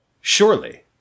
Surely